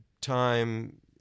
time